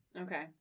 Okay